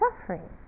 suffering